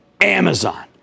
Amazon